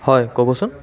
হয় ক'বচোন